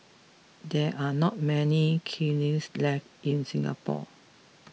there are not many kilns left in Singapore